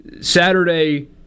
Saturday